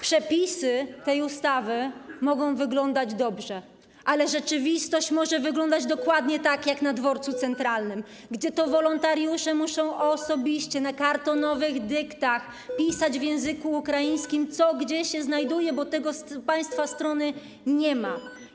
Przepisy tej ustawy mogą wyglądać dobrze, ale rzeczywistość może wyglądać dokładnie tak jak na Dworcu Centralnym, gdzie to wolontariusze muszą osobiście na kartonowych dyktach pisać w języku ukraińskim, co gdzie się znajduje, bo tego z państwa strony nie ma zorganizowanego.